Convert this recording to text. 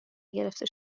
گرفته